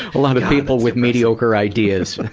a lot of people with mediocre ideas.